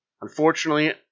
Unfortunately